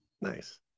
Nice